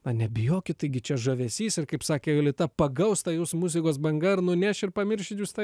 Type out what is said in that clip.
na nebijokit taigi čia žavesys ir kaip sakė jolita pagaus ta jus muzikos banga ir nuneš ir pamiršit jus tą